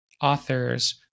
authors